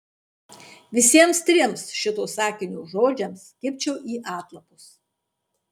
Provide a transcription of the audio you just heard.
visiems trims šito sakinio žodžiams kibčiau į atlapus